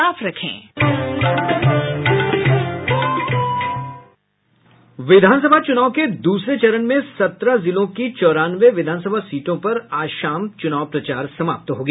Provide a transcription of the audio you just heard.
sound bite विधानसभा चुनाव के दूसरे चरण में सत्रह जिलों की चौरानवे विधानसभा सीटों पर आज शाम चुनाव प्रचार समाप्त हो गया